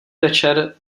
večer